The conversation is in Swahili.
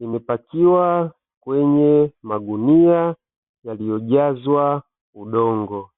imepakiwa kwenye magunia yaliyojazwa udongo.